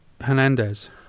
Hernandez